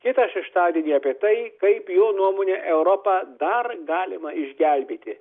kitą šeštadienį apie tai kaip jo nuomone europą dar galima išgelbėti